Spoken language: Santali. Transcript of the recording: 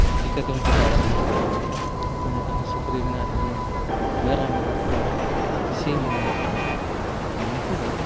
ᱪᱤᱠᱟᱹᱛᱮᱵᱚᱱ ᱴᱮᱠᱟᱣ ᱫᱟᱨᱟᱢ ᱠᱚᱣᱟ ᱢᱚᱱᱮ ᱠᱟᱜ ᱢᱮ ᱥᱩᱠᱨᱤ ᱢᱮᱱᱟᱭ ᱛᱟᱵᱚᱱᱟ ᱢᱮᱨᱚᱢ ᱢᱮᱱᱟᱜ ᱠᱚᱣᱟ ᱥᱤᱢ ᱢᱮᱱᱟᱜ ᱠᱚᱣᱟ ᱱᱩᱠᱩ ᱫᱚ